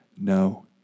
No